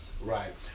right